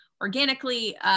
organically